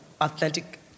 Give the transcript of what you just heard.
authentic